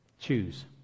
Choose